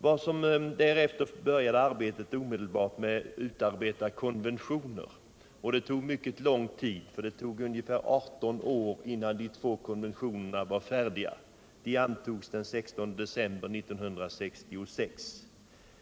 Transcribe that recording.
Därefter påbörjades omedelbart utarbetandet av konventioner, vilket tog mycket lång tid. Det dröjde ungefär 18 år innan de två konventionerna var färdiga. De antogs den 16 december 1966.